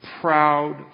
proud